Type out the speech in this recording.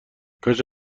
کاش